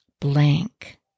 blank